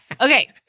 Okay